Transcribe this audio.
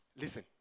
listen